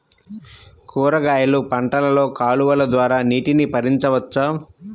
కూరగాయలు పంటలలో కాలువలు ద్వారా నీటిని పరించవచ్చా?